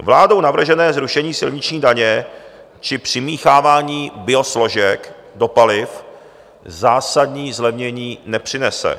Vládou navržené zrušení silniční daně či přimíchávání biosložek do paliv zásadní zlevnění nepřinese.